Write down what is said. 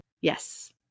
Yes